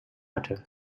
hatte